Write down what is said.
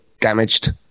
damaged